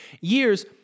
years